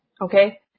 Okay